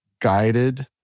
guided